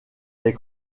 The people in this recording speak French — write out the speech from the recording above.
des